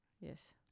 yes